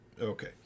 Okay